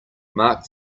mark